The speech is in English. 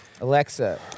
Alexa